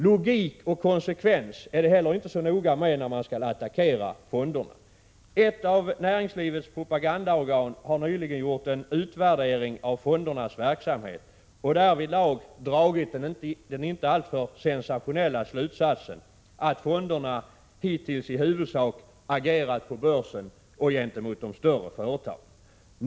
Logik och konsekvens är det inte heller så noga med när man skall attackera fonderna. Ett av näringslivets propagandaorgan har nyligen gjort en utvärdering av fondernas verksamhet och därvidlag dragit den inte alltför sensationella slutsatsen att fonderna hittills i huvudsak agerat på börsen och gentemot de större företagen.